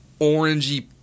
orangey